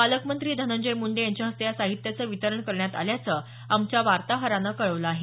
पालकमंत्री धनंजय मुंडे यांच्या हस्ते या साहित्याचं वितरण करण्यात आल्याचं आमच्या वार्ताहरानं कळवलं आहे